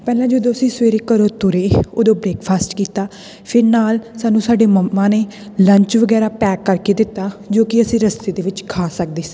ਪਹਿਲਾਂ ਜਦੋਂ ਅਸੀਂ ਸਵੇਰੇ ਘਰੋਂ ਤੁਰੇ ਉਦੋਂ ਬ੍ਰੇਕਫਾਸਟ ਕੀਤਾ ਫਿਰ ਨਾਲ ਸਾਨੂੰ ਸਾਡੇ ਮੰਮਾ ਨੇ ਲੰਚ ਵਗੈਰਾ ਪੈਕ ਕਰਕੇ ਦਿੱਤਾ ਜੋ ਕਿ ਅਸੀਂ ਰਸਤੇ ਦੇ ਵਿੱਚ ਖਾ ਸਕਦੇ ਸੀ